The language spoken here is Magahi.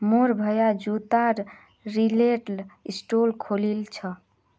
मोर भाया जूतार रिटेल स्टोर खोलील छ